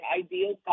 ideal